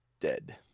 dead